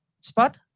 spot